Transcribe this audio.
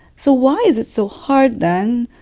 so why is it so hard, then,